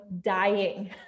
dying